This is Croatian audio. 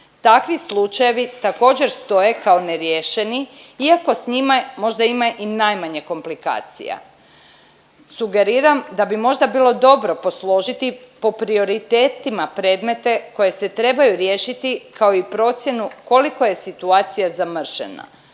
takvi slučajevi također stoje kao neriješeni iako s njima možda ima i najmanje komplikacija. Sugeriram da bi možda bilo dobro posložiti po prioritetima predmete koji se trebaju riješiti, kao i procjenu koliko je situacija zamršena,